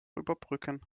überbrücken